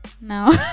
no